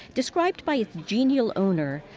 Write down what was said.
described by its genial owner,